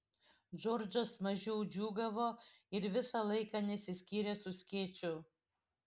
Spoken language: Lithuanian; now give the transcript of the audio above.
džordžas mažiau džiūgavo ir visą laiką nesiskyrė su skėčiu